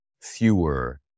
fewer